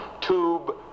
tube